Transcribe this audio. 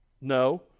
No